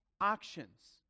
actions